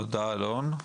תודה, אלון.